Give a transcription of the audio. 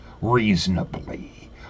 reasonably